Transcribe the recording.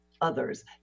others